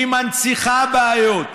היא מנציחה בעיות,